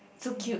so cute